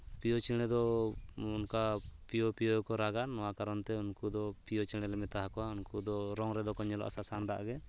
ᱯᱤᱭᱳ ᱪᱮᱬᱮ ᱫᱚ ᱚᱱᱠᱟ ᱯᱤᱭᱳ ᱯᱤᱭᱳ ᱠᱚ ᱨᱟᱜᱟ ᱱᱚᱣᱟ ᱠᱟᱨᱚᱱᱛᱮ ᱩᱱᱠᱩ ᱫᱚ ᱯᱤᱭᱳ ᱪᱮᱬᱮᱞᱮ ᱢᱮᱛᱟ ᱠᱚᱣᱟ ᱩᱱᱠᱩ ᱫᱚ ᱨᱚᱝ ᱨᱮᱫᱚ ᱧᱮᱞᱚᱜᱼᱟ ᱥᱟᱥᱟᱝ ᱫᱟᱜ ᱜᱮ